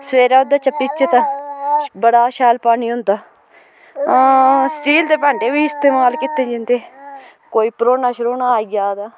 सवेरे ओहदे चा पीचै तां बड़ा शैल पानी होंदा स्टील दे भांडे बी इस्तमाल कीते जंदे कोई परौह्ना छरौह्ना आई जा तां